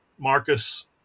Marcus